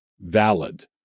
valid